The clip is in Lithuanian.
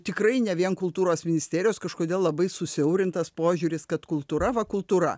tikrai ne vien kultūros ministerijos kažkodėl labai susiaurintas požiūris kad kultūra va kultūra